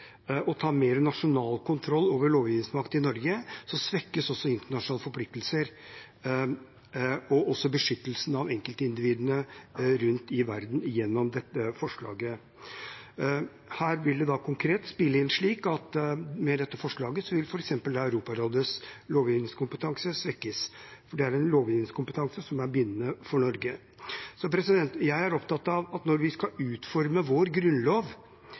ta mer nasjonal kontroll over lovgivningsmakten i Norge svekkes også internasjonale forpliktelser og beskyttelsen av enkeltindividene rundt i verden gjennom dette forslaget. Her vil det konkret spille inn slik at med dette forslaget vil f.eks. Europarådets lovgivningskompetanse svekkes, for det er en lovgivningskompetanse som er bindende for Norge. Jeg er opptatt av at vi når vi skal utforme vår grunnlov,